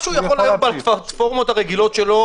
מה שהוא יכול היום בפלטפורמות הרגילות שלו,